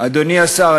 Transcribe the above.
אדוני השר,